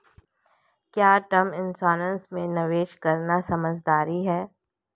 क्या term insurance में निवेश करना समझदारी है?